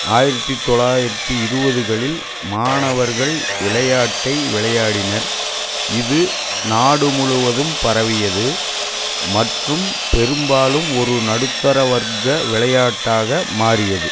ஆயிரத்து தொள்ளாயிரத்தி இருபதுகளில் மாணவர்கள் விளையாட்டை விளையாடினர் இது நாடு முழுவதும் பரவியது மற்றும் பெரும்பாலும் ஒரு நடுத்தர வர்க்க விளையாட்டாக மாறியது